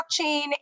blockchain